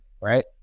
right